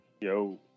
Yo